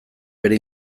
bere